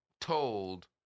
told